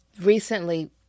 recently